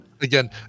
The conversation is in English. Again